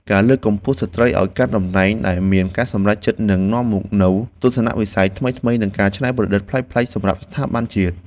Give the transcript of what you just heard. ការលើកកម្ពស់ស្ត្រីឱ្យកាន់តំណែងដែលមានការសម្រេចចិត្តនឹងនាំមកនូវទស្សនវិស័យថ្មីៗ និងការច្នៃប្រឌិតប្លែកៗសម្រាប់ស្ថាប័នជាតិ។